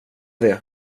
det